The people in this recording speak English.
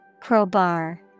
Crowbar